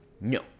no